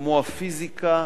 כמו הפיזיקה,